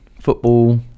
football